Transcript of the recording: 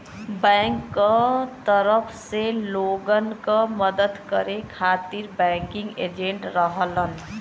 bank क तरफ से लोगन क मदद करे खातिर बैंकिंग एजेंट रहलन